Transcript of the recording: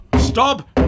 stop